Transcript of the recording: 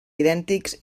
idèntics